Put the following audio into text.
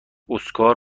اسکار